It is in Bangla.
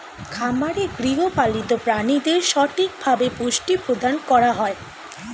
খামারে গৃহপালিত প্রাণীদের সঠিকভাবে পুষ্টি প্রদান করা হয়